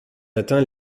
atteint